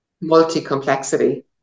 multi-complexity